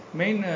main